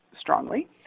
strongly